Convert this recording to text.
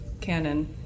canon